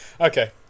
Okay